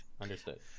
Understood